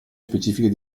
specifiche